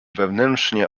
wewnętrznie